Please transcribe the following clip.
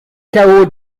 chaos